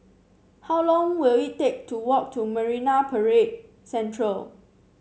how long will it take to walk to Marine Parade Central